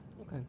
Okay